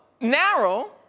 narrow